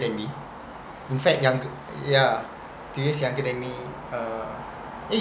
than me in fact younger ya two years younger than me uh eh